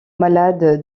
malades